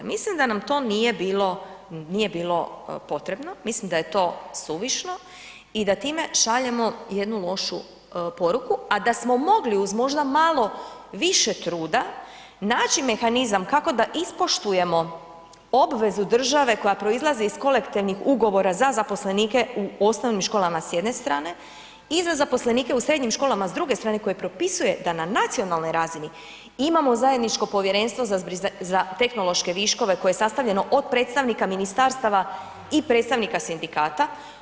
Mislim da nam to nije bilo potrebno, mislim da je to suvišno i da time šaljemo jednu lošu poruku a da smo mogli uz možda malo više truda naći mehanizam kako da ispoštujemo obvezu države koja proizlazi iz kolektivnih ugovora za zaposlenike u osnovnim školama s jedne strane i za zaposlenike u srednjim školama s druge strane koji propisuje da na nacionalnoj razini imamo za zajedničko povjerenstvo za tehnološke viškove koje je sastavljeno od predstavnika ministarstava i predstavnika sindikata.